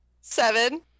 Seven